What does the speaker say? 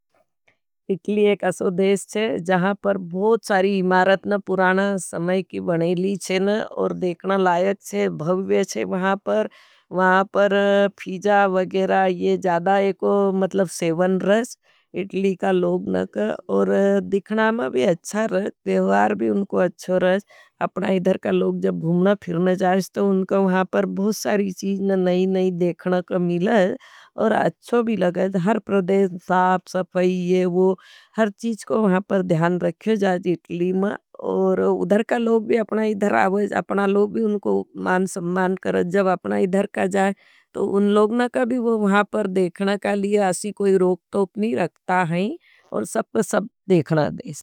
इतली एक असो देश है, जहाँ पर बहुत सारी इमारतन पुराना समय की बनेली हैं न। और देखना लायत है, भववे हैं वहाँ पर। वहाँ पर फीजा वगेरा ये जादा एको मतलब सेवन रश। इतली का लोग न कर, और देखना में भी अच्छा रश, पेवार भी उनको अच्छो रश। अपना इधर का लोग जब भूमना फिरन जायें तो उनको वहाँ पर बहुत सारी चीज़न न। नई नई देखना का मिला और अच्छो भी लगें, हर प्रदेश साप, सफई, ये, वो। हर चीज़ को वहाँ पर ध्यान रखे जाएं इतली मां और उधर का लोग भी अपना इधर आवेज। अपना लोग भी उनको मां सम्मान कर जब अपना इधर का जाये। तो उन लोग ना कभी वहाँ पर देखना का लिए आशी कोई रोप तो पनी रखता हैं और सब को सब देखना देश।